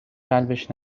قلبش